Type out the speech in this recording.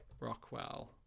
Rockwell